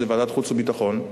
היא ועדת החוץ והביטחון,